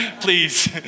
Please